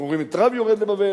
אנחנו רואים את רבי יורד לבבל,